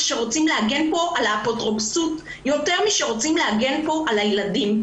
שרוצים להגן על ה אפוטרופסות יותר מאשר רוצים להגן פה על הילדים.